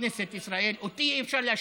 בכנסת ישראל אותי אי-אפשר להשתיק,